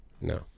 No